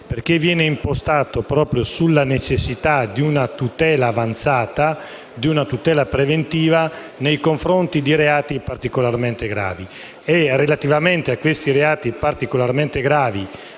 perché viene impostato proprio sulla necessità di una tutela avanzata e di una tutela preventiva nei confronti di reati particolarmente gravi. Relativamente a questi reati particolarmente gravi